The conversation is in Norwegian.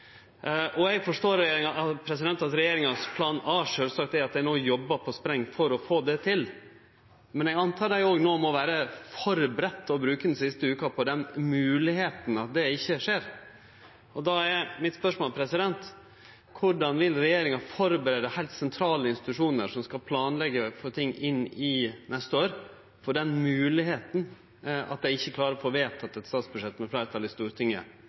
desember. Eg forstår at regjeringas plan A sjølvsagt er å jobbe på spreng for å få det til, men eg antek at dei no òg må vere førebudde på å bruke den siste veka på at det er mogleg det ikkje skjer. Då er mitt spørsmål: Korleis vil regjeringa førebu heilt sentrale institusjonar, som skal planleggje og få ting inn neste år, på den moglegheita at dei ikkje greier å få vedteke eit statsbudsjett med fleirtal i Stortinget